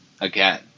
Again